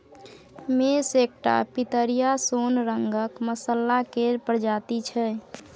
मेस एकटा पितरिया सोन रंगक मसल्ला केर प्रजाति छै